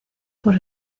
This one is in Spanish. por